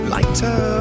Lighter